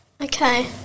Okay